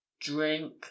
drink